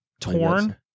Torn